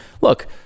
look